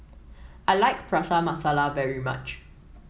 I like Prata Masala very much